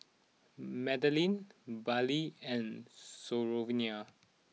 Madaline Baylie and Sophronia